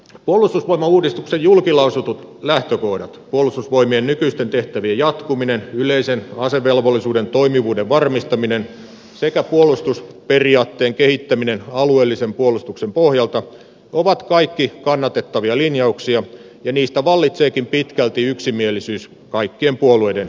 puolustusvoimauudistuksen julkilausutut lähtökohdat puolustusvoimien nykyisten tehtävien jatkuminen yleisen asevelvollisuuden toimivuuden varmistaminen sekä puolustusperiaatteen kehittäminen alueellisen puolustuksen pohjalta ovat kaikki kannatettavia linjauksia ja niistä vallitseekin pitkälti yksimielisyys kaikkien puolueiden kesken